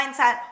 mindset